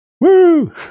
Woo